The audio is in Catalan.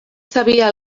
sabia